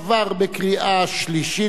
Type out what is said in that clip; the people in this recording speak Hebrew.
עבר בקריאה שלישית,